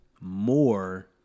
more